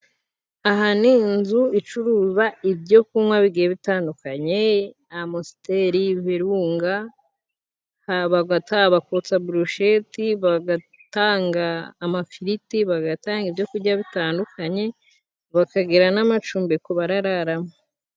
Aha ni inzu icuruza ibyo kunywa bigiye bitandukanye: amusiteri, virunga haba habaga kotsa burusheti bagatanga amafiriti, bagatanga ibyo kurya bitandukanye, bakagira n'amacumbi ku barararamo.